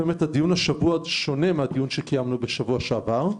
הדיון השבוע שונה מהדיון שקיימנו בשבוע שעבר.